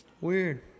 Weird